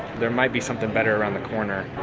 there might be something better around the corner.